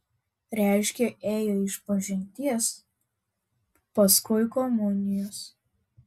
reiškia ėjo išpažinties paskui komunijos